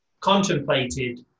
contemplated